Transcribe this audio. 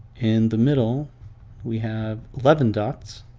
in the middle we have eleven dots.